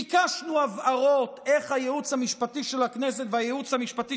ביקשנו הבהרות על איך הייעוץ המשפטי של הכנסת והייעוץ המשפטי